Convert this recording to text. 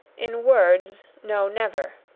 in words. no. never.